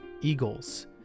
eagles